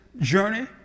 journey